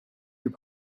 your